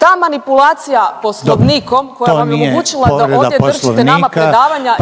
opomenu./… Poslovnikom koja vam je omogućila da ovdje držite nama predavanja